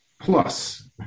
Plus